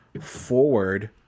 forward